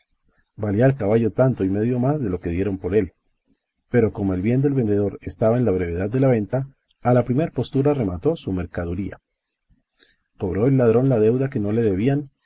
valía el caballo tanto y medio más de lo que dieron por él pero como el bien del vendedor estaba en la brevedad de la venta a la primer postura remató su mercaduría cobró el un ladrón la deuda que no le debían